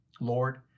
Lord